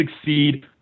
succeed